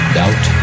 doubt